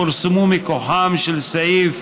פורסמו מכוחם של סעיף